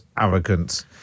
arrogant